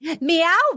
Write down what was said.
Meow